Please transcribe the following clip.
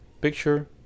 Picture